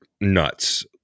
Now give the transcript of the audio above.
nuts